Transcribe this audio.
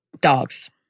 dogs